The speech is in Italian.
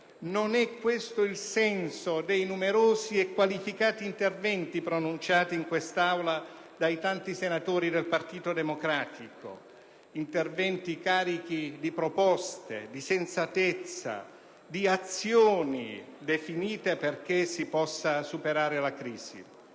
Non è questo il senso dei numerosi e qualificati interventi pronunciati in quest'Aula dai tanti senatori del Partito Democratico, interventi carichi di proposte, di sensatezza, di azioni definite perché si possa superare la crisi.